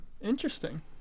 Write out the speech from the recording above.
Interesting